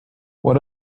what